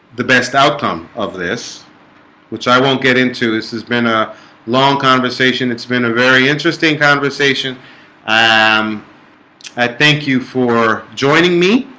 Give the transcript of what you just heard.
the best outcome of this which i won't get into this has been a long conversation it's been a very interesting conversation i um i thank you for joining me.